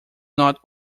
not